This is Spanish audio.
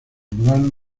urbano